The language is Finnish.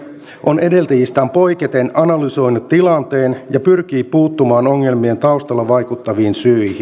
on edeltäjistään poiketen analysoinut tilanteen ja pyrkii puuttumaan ongelmien taustalla vaikuttaviin syihin